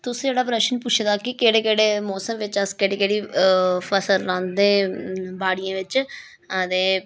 तुसें जेह्ड़ा प्रश्न पुच्छे दा कि केह्ड़े केह्ड़े मौसम बिच्च अस केह्ड़ी केह्ड़ी फसल लांदे बाड़ियें बिच्च ते